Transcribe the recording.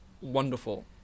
wonderful